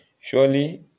surely